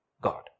God